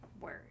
word